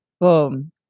Boom